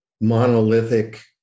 monolithic